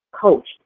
coach